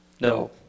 No